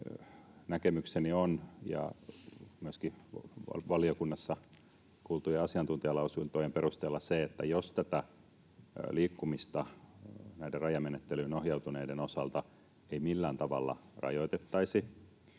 Näkemykseni on se, myöskin valiokunnassa kuultujen asiantuntijalausuntojen perusteella, että jos tätä liikkumista näiden rajamenettelyyn ohjautuneiden osalta ei millään tavalla rajoitettaisi,